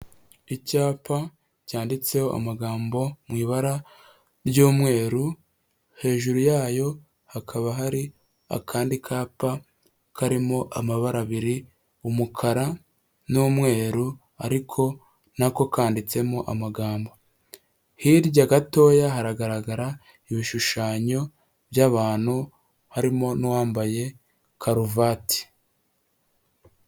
Icyapa cyanditseho amagambo mu ibara ry'umweru, hejuru yayo hakaba hari akandi kapa karimo amabara abiri umukara n'umweru ariko nako kanditsemo amagambo hirya gatoya haragaragara ibishushanyo by'abantu harimo n'uwambaye karuvati.